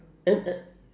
and a~